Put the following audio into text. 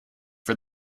for